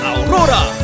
Aurora